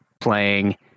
playing